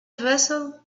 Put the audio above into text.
vessel